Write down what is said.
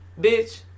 bitch